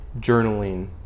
journaling